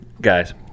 guys